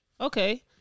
Okay